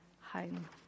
home